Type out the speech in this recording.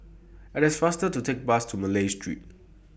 IT IS faster to Take Bus to Malay Street